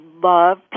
love